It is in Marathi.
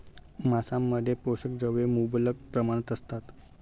मांसामध्ये पोषक द्रव्ये मुबलक प्रमाणात असतात